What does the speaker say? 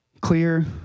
clear